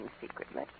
secretly